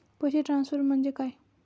पैसे ट्रान्सफर म्हणजे काय?